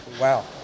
Wow